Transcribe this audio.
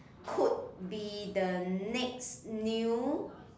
could be the next new